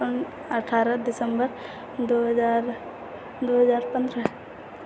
अठारह दिसम्बर दू हजार दू हजार पन्द्रह